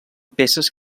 peces